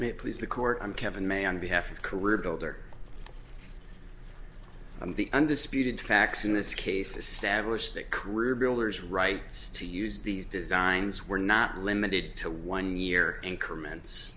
may please the court i'm kevin may on behalf of career builder i'm the undisputed facts in this case establish that career builders rights to use these designs were not limited to one year increments